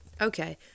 Okay